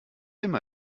immer